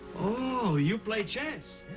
oh, you play chess?